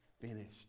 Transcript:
finished